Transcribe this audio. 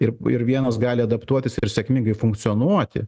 ir ir vienas gali adaptuotis ir sėkmingai funkcionuoti